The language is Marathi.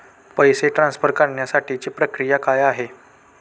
पैसे ट्रान्सफर करण्यासाठीची प्रक्रिया काय आहे?